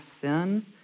sin